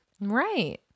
Right